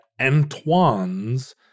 Antoine's